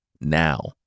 now